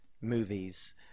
movies